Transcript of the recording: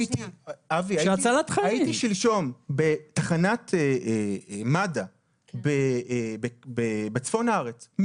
אבי, הייתי שלשום בתחנת מד"א בצפון הארץ.